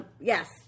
Yes